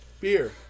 beer